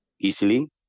easily